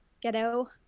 Ghetto